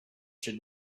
should